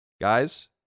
Guys